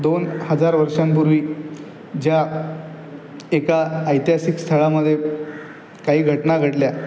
दोन हजार वर्षांपूर्वी ज्या एका ऐतिहासिक स्थळामध्ये काही घटना घडल्या